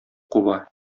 куба